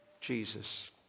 Jesus